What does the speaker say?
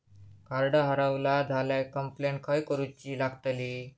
Card हरवला झाल्या complaint खय करूची लागतली?